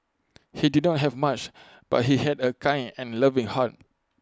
he did not have much but he had A kind and loving heart